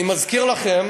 אני מזכיר לכם